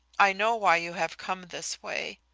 i know why you have come this way.